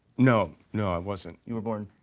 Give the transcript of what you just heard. no. no, i wasn't. you were born.